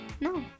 No